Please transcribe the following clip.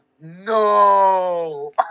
No